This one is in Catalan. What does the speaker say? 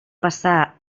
passar